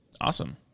Awesome